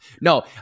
No